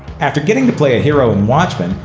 after getting to play a hero in watchmen,